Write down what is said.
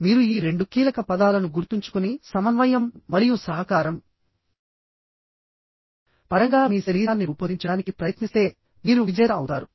కాబట్టి మీరు ఈ రెండు కీలక పదాలను గుర్తుంచుకుని సమన్వయం మరియు సహకారం పరంగా మీ శరీరాన్ని రూపొందించడానికి ప్రయత్నిస్తే మీరు విజేత అవుతారు